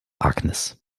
agnes